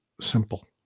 simple